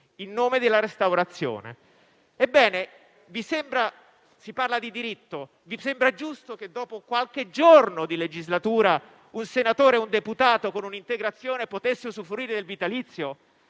in nome della restaurazione. Si parla di diritto, ma vi sembra giusto che, dopo qualche giorno di legislatura, un senatore o un deputato, con un'integrazione, possa usufruire del vitalizio?